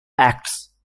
acts